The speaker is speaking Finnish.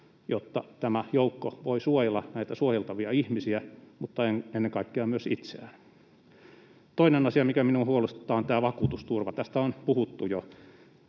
jotta tämä joukko voi suojella näitä suojeltavia ihmisiä mutta ennen kaikkea myös itseään. Toinen asia, mikä minua huolestuttaa, on tämä vakuutusturva. Tästä on puhuttu jo.